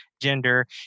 gender